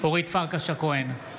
אורית פרקש הכהן,